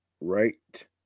right